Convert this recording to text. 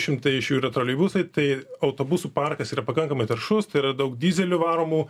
šimtai iš jų yra troleibusai tai autobusų parkas yra pakankamai taršus tai yra daug dyzeliu varomų